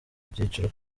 byiciro